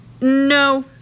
No